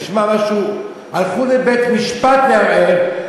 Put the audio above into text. הלכו לבית-משפט לערער,